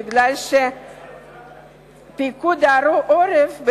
כי פיקוד העורף,